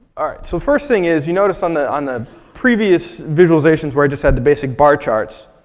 all right. so first thing is, you notice on the on the previous visualizations where i just had the basic bar charts,